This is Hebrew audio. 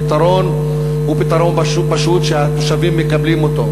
הפתרון הוא פתרון פשוט, שהתושבים מקבלים אותו,